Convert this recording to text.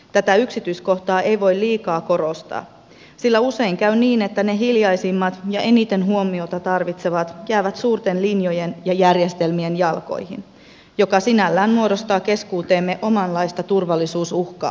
tätä yksityiskohtaa ei voi liikaa korostaa sillä usein käy niin että ne hiljaisimmat ja eniten huomiota tarvitsevat jäävät suurten linjojen ja järjestelmien jalkoihin mikä sinällään muodostaa keskuuteemme omanlaistaan turvallisuusuhkaa